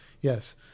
yes